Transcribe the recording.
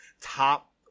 top